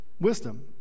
wisdom